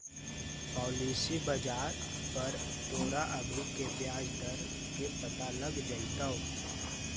policy बाजार पर तोरा अभी के ब्याज दर के पता लग जाइतो